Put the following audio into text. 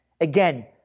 Again